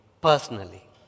personally